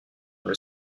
dans